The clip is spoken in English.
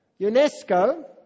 UNESCO